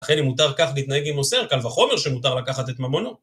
לכן אם מותר כך להתנהג עם מוסר, קל וחומר שמותר לקחת את ממונו.